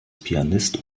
pianist